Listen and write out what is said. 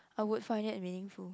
I would find it meaningful